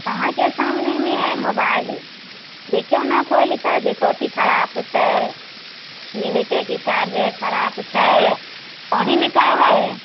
अहाँके सामनेमे अइ मोबाइल देखियौ ने खोलिके जे कथी खराप छै की होइत छै की चार्जर खराप छै अहिँ ने कहबै